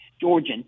Georgian